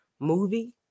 movie